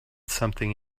something